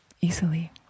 easily